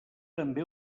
també